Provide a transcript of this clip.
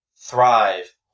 thrive